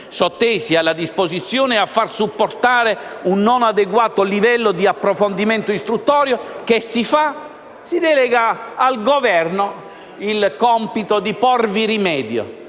sottesi alla disposizione e da far supporre un non adeguato livello di approfondimento istruttorio». E che si fa? Si delega al Governo il compito di porvi rimedio.